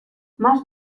más